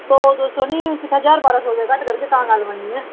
सौ दो सौ नि किट्ठा ज्हार बारां सौ रपेआ घट्ट करगे तां गल्ल बननी ऐ